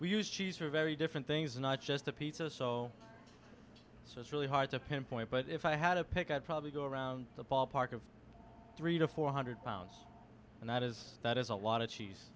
we use cheese for very different things not just the pizza so it's really hard to pinpoint but if i had a pick i'd probably go around the ballpark of three to four hundred pounds and that is that is a lot of cheese